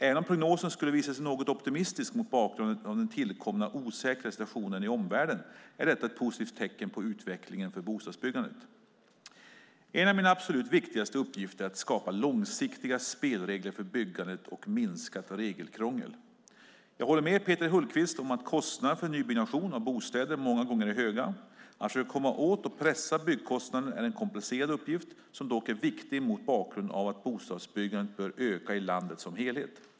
Även om prognosen skulle visa sig något optimistisk mot bakgrund av den tillkomna osäkra situationen i omvärlden är detta ett positivt tecken på utvecklingen för bostadsbyggandet. En av mina absolut viktigaste uppgifter är att skapa långsiktiga spelregler för byggandet och minskat regelkrångel. Jag håller med Peter Hultqvist om att kostnaderna för nybyggnation av bostäder många gånger är höga. Att försöka komma åt och att pressa byggkostnaderna är en komplicerad uppgift, som dock är viktig mot bakgrund av att bostadsbyggandet bör öka i landet som helhet.